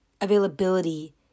availability